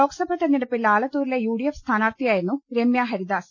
ലോക്സഭാ തെരഞ്ഞെടുപ്പിൽ ആലത്തൂരിലെ യുഡിഎഫ് സ്ഥാനാർത്ഥിയായിരുന്നു രമ്യാഹരിദാസ്